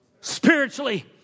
spiritually